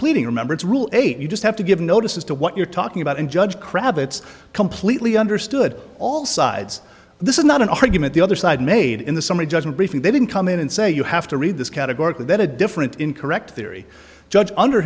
pleading remember it's rule eight you just have to give notice as to what you're talking about and judge kravitz completely understood all sides this is not an argument the other side made in the summary judgment brief and they didn't come in and say you have to read this categorically that a different incorrect theory judge under